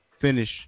finish